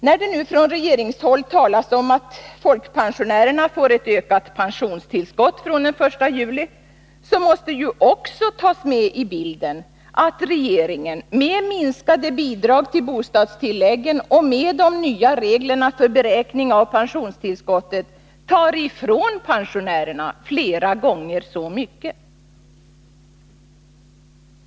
När det nu från regeringshåll talas om att folkpensionärerna får ett ökat pensionstillskott från den 1 juli, måste det ju också tas med i bilden att regeringen med minskade bidrag till bostadstilläggen och med de nya reglerna för beräkning av pensionstillskottet tar ifrån pensionärerna flera gånger så mycket.